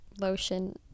lotion